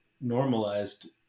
normalized